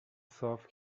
صاف